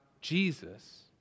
Jesus